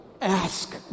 ask